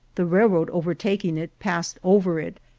the railroad overtaking it passed over it,